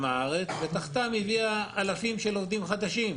מהארץ ותחתם היא הביאה אלפים של עובדים חדשים.